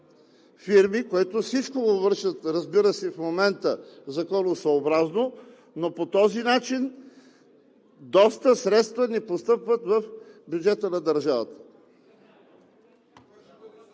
фирми, които вършат всичко, разбира се, и в момента законосъобразно, но по този начин доста средства не постъпват в бюджета на държавата.